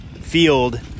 field